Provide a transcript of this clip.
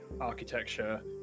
architecture